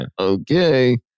okay